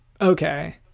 Okay